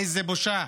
איזו בושה.